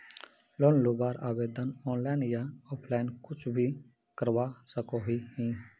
Loan लुबार आवेदन online या ऑफलाइन कुछ भी करवा सकोहो ही?